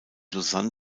lausanne